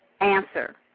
answer